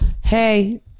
Hey